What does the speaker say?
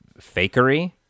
fakery